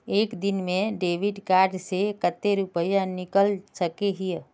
एक दिन में डेबिट कार्ड से कते रुपया निकल सके हिये?